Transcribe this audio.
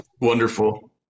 wonderful